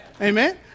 Amen